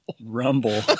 rumble